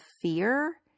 fear